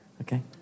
Okay